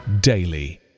daily